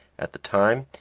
at the time.